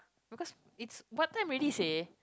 because it's what time really seh